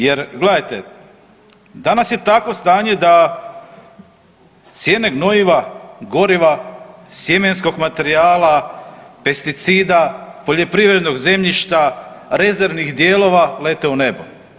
Jer gledajte danas je takvo stanje da cijene gnojiva, goriva, sjemenskog materijala, pesticida, poljoprivrednog zemljišta, rezervnih dijelova lete u nebo.